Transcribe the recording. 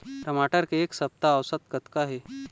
टमाटर के एक सप्ता औसत कतका हे?